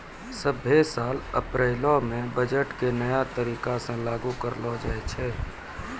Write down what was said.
सभ्भे साल अप्रैलो मे बजट के नया तरीका से लागू करलो जाय छै